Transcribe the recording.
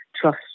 trust